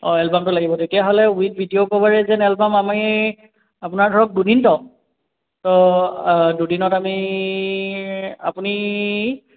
অঁ এলবামটো লাগিব তেতিয়াহ'লে with video coverage and album আমি আপোনাৰ ধৰক দুদিন ত' দুদিনত আমি আপুনি